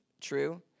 true